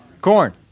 Corn